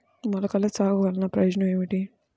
మొలకల సాగు వలన ప్రయోజనం ఏమిటీ?